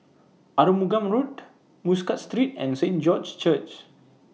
Arumugam Road Muscat Street and Saint George's Church